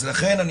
לכן,